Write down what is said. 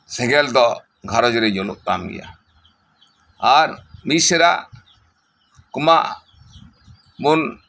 ᱥᱮᱸᱜᱮᱞ ᱫᱚ ᱜᱷᱟᱨᱚᱸᱡᱽ ᱨᱮ ᱡᱳᱞᱳᱜ ᱛᱟᱢ ᱜᱮᱭᱟ ᱟᱨ ᱢᱤᱥᱨᱟ ᱠᱚᱢᱟ ᱵᱚᱱ